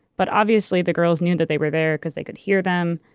but obviously, the girls knew that they were there because they could hear them,